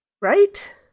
Right